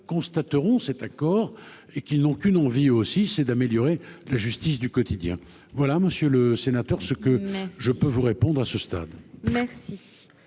constateront cet accord et qu'ils n'ont qu'une envie, aussi, c'est d'améliorer la justice du quotidien voilà monsieur le sénateur, ce que je peux vous répondre à ce stade. Merci.